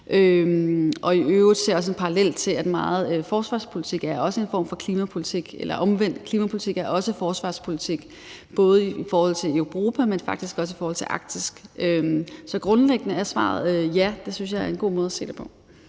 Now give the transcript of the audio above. I øvrigt ser jeg også en parallel til, at meget forsvarspolitik også er en form for klimapolitik – eller omvendt: Klimapolitik er også forsvarspolitik, både i forhold til i Europa, men faktisk også i forhold til Arktis. Så grundlæggende er svaret: Ja, det synes jeg er en god måde at se det på.